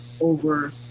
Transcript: over